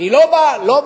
אני לא בא לקבינט.